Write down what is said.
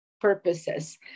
Purposes